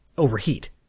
overheat